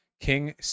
King